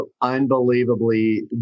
unbelievably